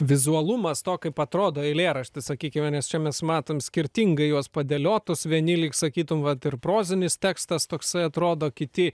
vizualumas to kaip atrodo eilėraštis sakykime nes čia mes matom skirtingai juos padėliotus vieni lyg sakytum vat ir prozinis tekstas toksai atrodo kiti